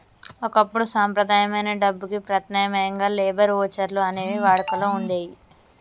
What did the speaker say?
ఒకప్పుడు సంప్రదాయమైన డబ్బుకి ప్రత్యామ్నాయంగా లేబర్ వోచర్లు అనేవి వాడుకలో వుండేయ్యి